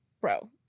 bro